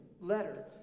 letter